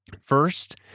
First